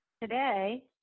today